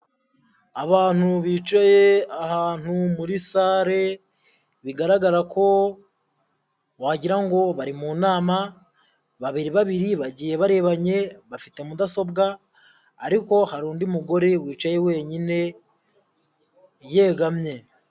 Abantu bicaye ahantu muri sale, bigaragara ko wagirango ngo bari mu nama, babiri babiri bagiye barebanye, bafite mudasobwa, ariko hari undi mugore wicaye wenyine yegamye.